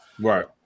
Right